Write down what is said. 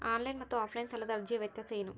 Online ಮತ್ತು offline ಸಾಲದ ಅರ್ಜಿಯ ವ್ಯತ್ಯಾಸ ಏನು?